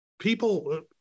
People